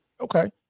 Okay